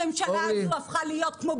הממשלה הזאת הפכה להיות בוב ספוג.